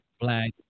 black